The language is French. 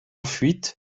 fuite